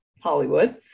Hollywood